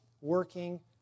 working